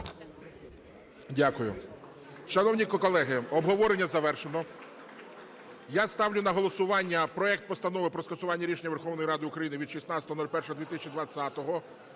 Дякую. Шановні колеги, обговорення завершено. Я ставлю на голосування проект Постанови про скасування рішення Верховної Ради України від 16.01.2020 року